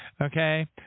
Okay